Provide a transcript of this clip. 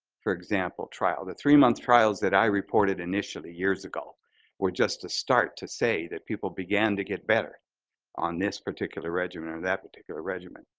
for example, trial? the three months trials that i reported initially years ago were just to start to say that people began to get better on this particular regimen or that particular regimen.